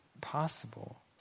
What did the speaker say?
possible